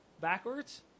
Backwards